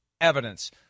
evidence